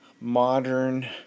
modern